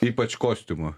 ypač kostiumo